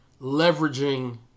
leveraging